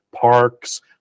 parks